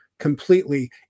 completely